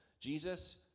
Jesus